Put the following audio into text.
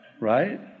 right